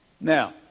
Now